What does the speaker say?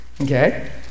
Okay